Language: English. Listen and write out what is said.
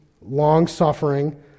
long-suffering